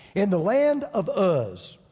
in the land of um uz,